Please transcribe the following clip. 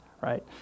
right